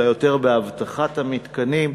אלא יותר באבטחת המתקנים,